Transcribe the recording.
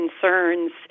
concerns